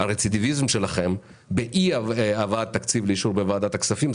הרצידיביזם שלכם באי הבאת תקציב לאישור בוועדת הכספים,